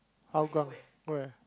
Hougang where